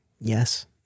Yes